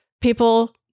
people